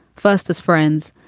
first as friends.